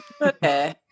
Okay